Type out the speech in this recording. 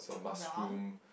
brown